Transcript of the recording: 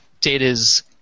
Data's